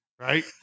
right